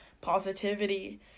positivity